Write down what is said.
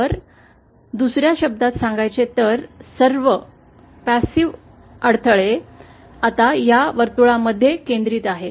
तर दुसर्या शब्दांत सांगायचे तर सर्व निष्क्रीय अडथळे आता या वर्तुळा मध्ये केंद्रित आहेत